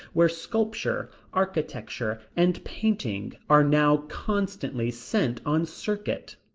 where sculpture, architecture, and painting are now constantly sent on circuit.